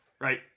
right